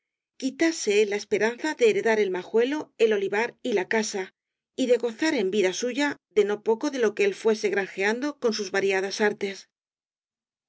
la esperanza de heredar el majuelo el olivar y la casa y de gozar en vida suya de no poco de lo que él fuese granjeando con sus varia das artes